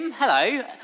Hello